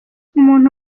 umuntu